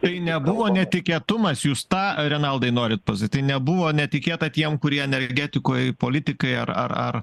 tai nebuvo netikėtumas jūs tą renaldai norite pas tai nebuvo netikėta tiem kurie energetikoj politikai ar ar ar